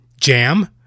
jam